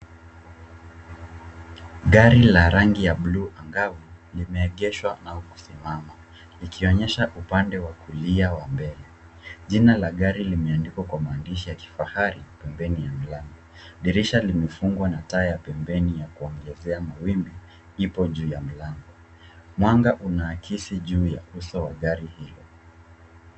Gari la rangi ya buluu angavu limeegeshswa na limesimama likionyesha upande wa kulia wa mbele. Jina la gari limeandikwa kwa maandishi ya kifahari pembeni ya mlango. Dirisha limefungwa na taa ya pembeni ya kuongezea mawimbi ipo juu ya mlango. Mwanga unaakisi juu ya uso wa gari hilo.